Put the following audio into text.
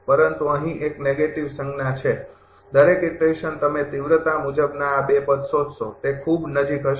પરંતુ અહીં એક નકારાત્મક સંજ્ઞા છે દરેક ઈટરેશન તમે તીવ્રતા મુજબના આ ૨ પદ શોધશો તે ખૂબ નજીક હશે